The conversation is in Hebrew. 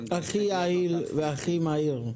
הכי יעיל והכי מהיר,